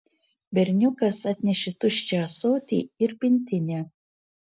berniukas atnešė tuščią ąsotį ir pintinę